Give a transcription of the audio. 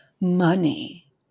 money